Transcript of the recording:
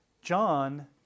John